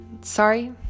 Sorry